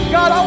God